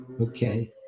Okay